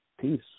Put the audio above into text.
Peace